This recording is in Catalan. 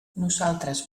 nosaltres